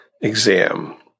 exam